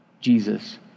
Jesus